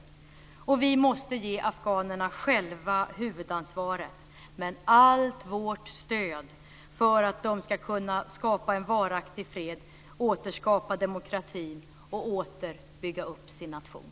Vi måste ge afghanerna själva huvudansvaret men allt vårt stöd för att de ska kunna skapa en varaktig fred, återskapa demokratin och åter bygga upp sin nation.